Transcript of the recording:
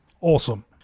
awesome